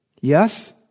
Yes